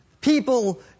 people